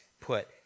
put